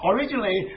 Originally